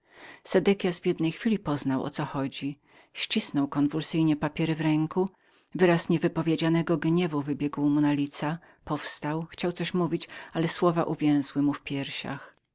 sedekias w jednej chwili poznał o co rzecz chodziła ścisnął konwulsyjnie papiery w ręku wyraz niewypowiedzianego gniewu wybiegł mu na lica powstał chciał coś mówić ale słowa uwięzły mu w piersiach